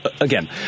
Again